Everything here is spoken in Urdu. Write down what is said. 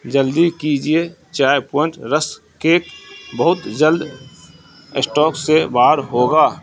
جلدی کیجیے چائے پوئنٹ رس کیک بہت جلد اسٹاک سے باہر ہوگا